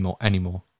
anymore